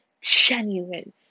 genuine